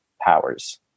powers